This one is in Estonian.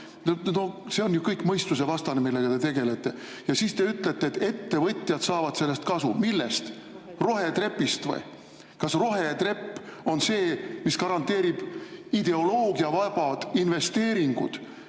See on ju kõik mõistusevastane, millega te tegelete. Ja siis te ütlete, et ettevõtjad saavad sellest kasu. Millest? Rohetrepist või? Kas rohetrepp on see, mis garanteerib ideoloogiavabad investeeringud,